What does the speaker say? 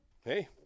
hey